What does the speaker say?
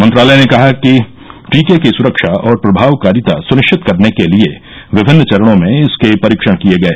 मंत्रालय ने कहा कि टीके की सुरक्षा और प्रभावकारिता सुनिश्चित करने के लिए विभिन्न चरणों में इसके परीक्षण किये गए